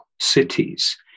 cities